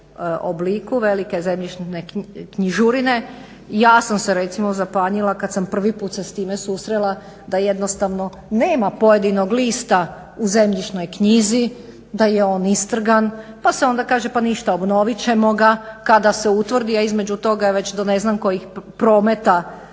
obliku, velike zemljišne knjižurine. Ja sam se recimo zapanjila kad sam prvi put se s time susrela da jednostavno nema pojedinog lista u zemljišnoj knjizi, da je on istrgan, pa se onda kaže pa ništa, obnovit ćemo ga kada se utvrdi, a između toga je već do ne znam kojih prometa